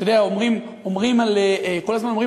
אתה יודע, כל הזמן אומרים